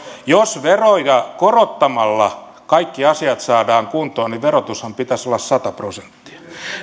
jos veroja korottamalla kaikki asiat saadaan kuntoon niin verotuksenhan pitäisi olla sata prosenttia